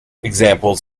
examples